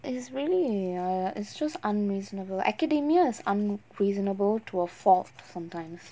it's really uh it's just unreasonable academia is unreasonable to a fault times